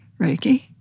Reiki